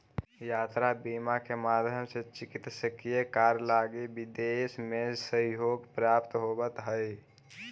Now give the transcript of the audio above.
यात्रा बीमा के माध्यम से चिकित्सकीय कार्य लगी भी विदेश में सहयोग प्राप्त होवऽ हइ